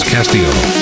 Castillo